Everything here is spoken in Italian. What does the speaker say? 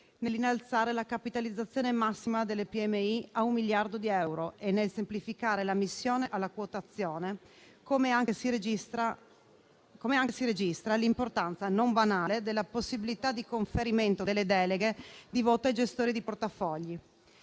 nell'innalzare la capitalizzazione massima delle PMI a un miliardo di euro e nel semplificare l'ammissione alla quotazione. Come anche si registra l'importanza non banale della possibilità di conferimento delle deleghe di voto ai gestori di portafogli.